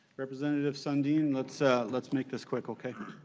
representative sundin lets ah lets make this quick okay?